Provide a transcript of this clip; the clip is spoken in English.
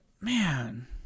man